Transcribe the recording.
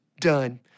done